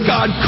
God